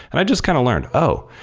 and i just kind of learned, oh!